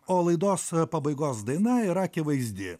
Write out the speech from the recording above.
o laidos pabaigos daina yra akivaizdi